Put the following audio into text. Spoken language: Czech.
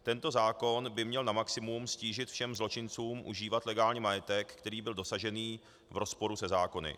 Tento zákon by měl na maximum ztížit všem zločincům užívat legálně majetek, který byl dosažen v rozporu se zákony.